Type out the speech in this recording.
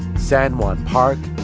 sangwon park,